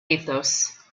athos